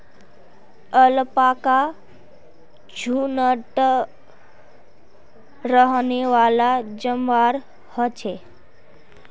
alpaca झुण्डत रहनेवाला जंवार ह छे